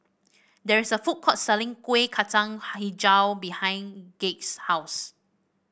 there is a food court selling Kuih Kacang hijau behind Gaige's house